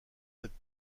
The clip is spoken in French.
cette